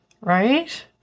right